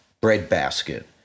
breadbasket